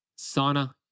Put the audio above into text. sauna